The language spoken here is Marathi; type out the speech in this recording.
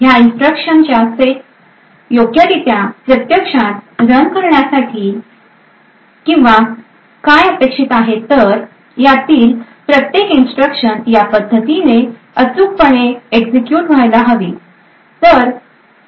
ह्या इन्स्ट्रक्शनचा सेट योग्यरीत्या प्रत्यक्षात रन करण्यासाठी किंवा काय अपेक्षित आहे तर यातील प्रत्येक इन्स्ट्रक्शन या पद्धतीने अचूकपणे एक्झिक्युट व्हायला हवी